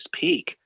peak